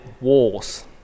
wars